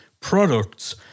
products